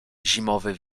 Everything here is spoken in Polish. zimowy